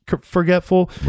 forgetful